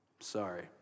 Sorry